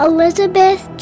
Elizabeth